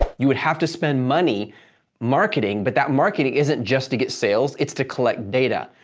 you would have to spend money marketing, but that marketing isn't just to get sales, it's to collect data.